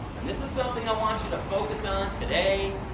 and this is something i want you to focus on today,